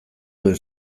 duen